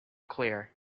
clear